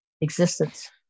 existence